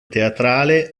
teatrale